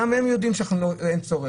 גם הם יודעים שאין צורך.